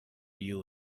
you